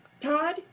Todd